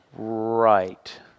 Right